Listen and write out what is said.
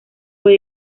fue